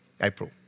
April